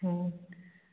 ꯑꯣ